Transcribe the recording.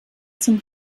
zum